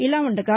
ఇలా ఉండగా